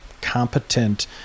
competent